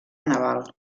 naval